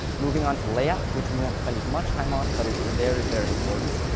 moving on to layout, which we won't spend as much time on, but is very, very important.